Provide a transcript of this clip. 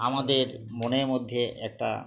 আমাদের মনের মধ্যে একটা